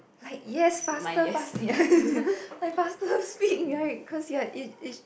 like yes faster fast like faster speak [right] cause ya it's it's